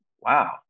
wow